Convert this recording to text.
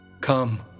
Come